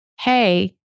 hey